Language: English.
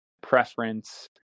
preference